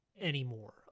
anymore